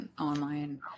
online